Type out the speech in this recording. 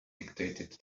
dictated